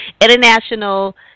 international